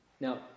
Now